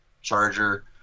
charger